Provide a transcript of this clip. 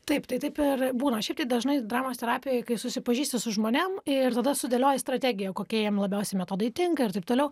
taip tai taip ir būna šiaip tai dažnai dramos terapijoj kai susipažįsti su žmonėm ir tada sudėlioji strategiją kokie jiem labiausiai metodai tinka ir taip toliau